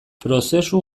prozesu